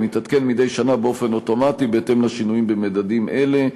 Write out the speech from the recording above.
מתעדכן מדי שנה באופן אוטומטי בהתאם לשינויים במדדים אלה.